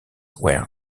were